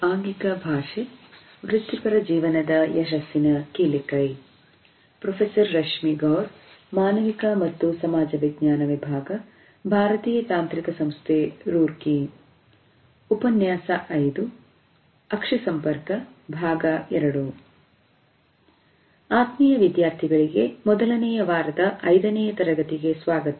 ಆತ್ಮೀಯ ವಿದ್ಯಾರ್ಥಿಗಳಿಗೆ ಮೊದಲನೆಯ ವಾರದ ಐದನೇ ತರಗತಿಗೆ ಸ್ವಾಗತ